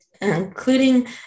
including